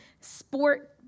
sport